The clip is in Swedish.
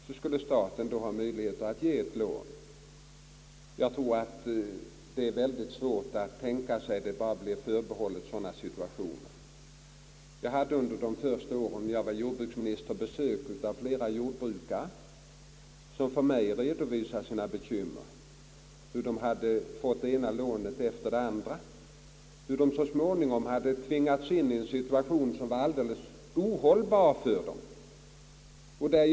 Staten skulle ha möjlighet att ge dem lån. Jag tror att det är mycket svårt att tänka sig att denna utväg skulle bli förbehållen sådana situationer. Jag hade de första åren jag var jordbruksminister besök av flera jordbrukare som redovisade sina bekymmer för mig, hur de fått det ena lånet efter det andra, hur de så småningom tvingats in i en situation som var alldeles ohållbar för dem.